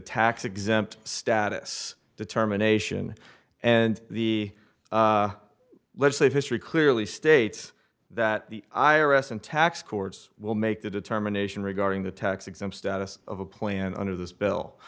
tax exempt status determination and the let's say history clearly states that the i r s and tax courts will make the determination regarding the tax exempt status of a plan under this bill